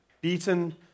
beaten